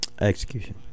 execution